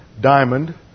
diamond